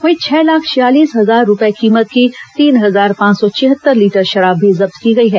वहीं छह लाख छियालीस हजार रूपये कीमत की तीन हजार पांच सौ छिहत्तर लीटर शराब भी जब्त की गई है